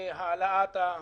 להעלאת התקרה,